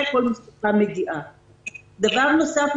דבר נוסף,